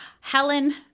Helen